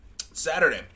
Saturday